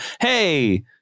Hey